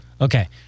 Okay